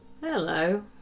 Hello